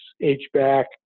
H-back